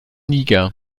niger